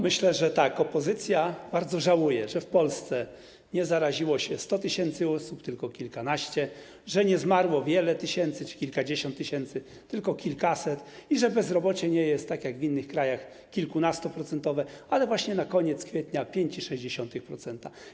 Myślę, że opozycja bardzo żałuje, że w Polsce nie zaraziło się 100 tys. osób, tylko kilkanaście tysięcy, że nie zmarło wiele tysięcy, kilkadziesiąt tysięcy, tylko kilkaset osób i że bezrobocie nie jest tak jak w innych krajach kilkunastoprocentowe, ale właśnie na koniec kwietnia wynosi 5,6%.